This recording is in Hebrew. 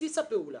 בסיס הפעולה,